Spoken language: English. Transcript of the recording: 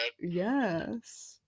Yes